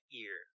ear